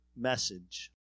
message